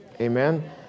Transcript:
Amen